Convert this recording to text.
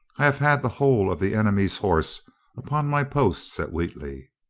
have had the whole of the enemy's horse upon my posts at wheatley.